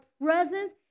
presence